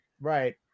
right